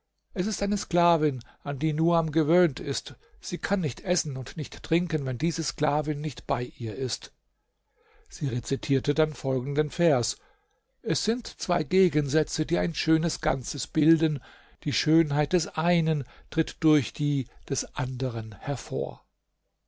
es ist eine sklavin an die nuam gewöhnt ist sie kann nicht essen und nicht trinken wenn diese sklavin nicht bei ihr ist sie rezitierte dann folgenden vers es sind zwei gegensätze die ein schönes ganzes bilden die schönheit des einen tritt durch die des anderen hervor